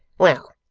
well.